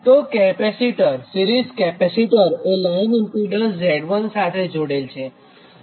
તો series capacitor એ line impedance Z1 સાથે જોડેલ છે